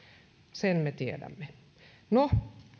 sen me tiedämme no